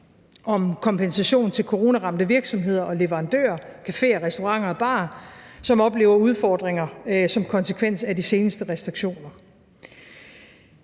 om kompensation til coronaramte virksomheder og leverandører, caféer, restauranter og barer, som oplever udfordringer som konsekvens af de seneste restriktioner.